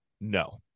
No